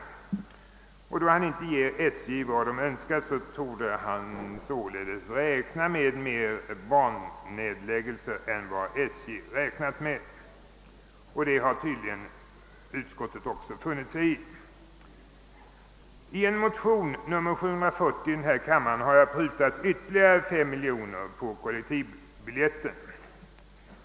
Med hänsyn till att han inte ger SJ vad man därifrån begärt torde han således förutse en större förekomst av bannedläggelser än SJ räknat med, och det har utskottet tydligen också funnit sig i. I en motion, II: 740, har jag velat pruta ytterligare 5 miljoner kronor på kollektivbiljetten.